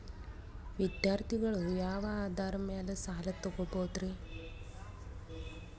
ವಿದ್ಯಾರ್ಥಿಗಳು ಯಾವ ಆಧಾರದ ಮ್ಯಾಲ ಸಾಲ ತಗೋಬೋದ್ರಿ?